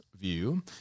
view